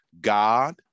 God